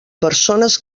persones